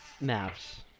maps